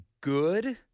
good